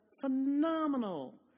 phenomenal